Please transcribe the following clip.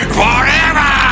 forever